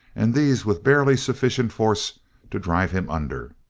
and these with barely sufficient force to drive him under.